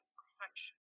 perfection